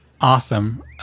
awesome